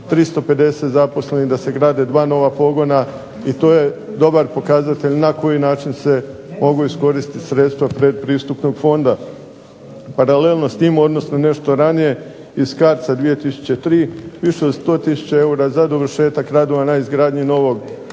350 zaposlenih, da se grade dva nova pogona, i to je dobar pokazatelj na koji način se mogu iskoristiti sredstva pretpristupnog fonda. Paralelno s tim, odnosno nešto ranije iz CARDS-a 2003 više od 100 tisuća eura za dovršetak radova na izgradnji novog poduzetničkog